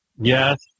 Yes